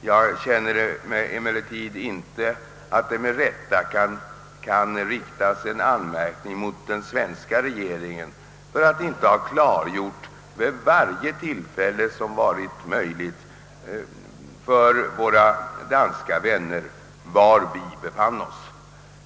Jag tycker emellertid inte att man med rätta kan rikta någon anmärkning mot den svenska regeringen för att den inte vid varje tillfälle som varit möjligt har klargjort för våra danska vänner vilken ståndpunkt vi intar.